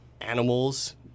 animals